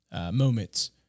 moments